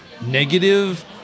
negative